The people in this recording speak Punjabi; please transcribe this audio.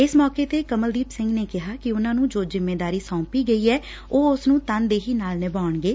ਇਸ ਮੌਕੇ ਤੇ ਕਮਲਦੀਪ ਸਿੰਘ ਨੇ ਕਿਹਾ ਕਿ ਉਨ੍ਹਾ ਨੂੰ ਜੋ ਜਿੰਮੇਵਾਰੀ ਸੌਪੀ ਗਈ ਐ ਉਹ ਉਸ ਨੂੰ ਤਨਦੇਹੀ ਨਾਲ ਨਿਭਾਉਣਗੇ